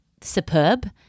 superb